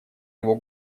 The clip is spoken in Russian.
его